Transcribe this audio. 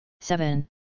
Seven